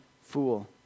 fool